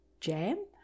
jam